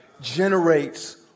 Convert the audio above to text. Generates